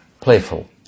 Playful